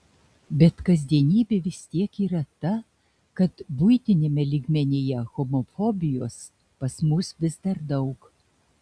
bet kasdienybė vis tiek yra ta kad buitiniame lygmenyje homofobijos pas mus vis dar daug